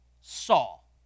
Saul